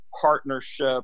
partnership